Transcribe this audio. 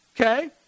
Okay